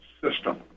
system